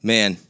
Man